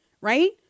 Right